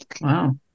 Wow